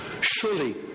Surely